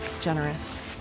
generous